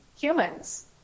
humans